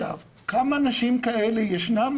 כמה אנשים כאלה ישנם?